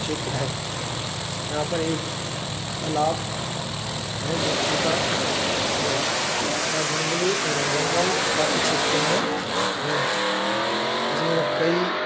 क्षेत्र है यहाँ पर एक तालाब है जो छोटा है यहाँ जंगली जंगल काफी क्षेत्र में है जिसमें कई